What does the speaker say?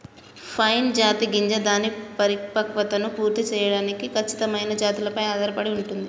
pine జాతి గింజ దాని పరిపక్వతను పూర్తి సేయడానికి ఖచ్చితమైన జాతులపై ఆధారపడి ఉంటుంది